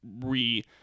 re